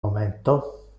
momento